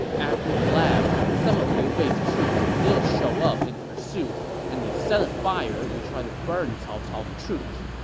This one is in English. after he laughed, some of liu bei's troops did show up in pursuit and they set a fire to try to burn cao cao's troops.